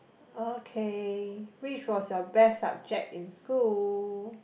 okay which was your best subject in school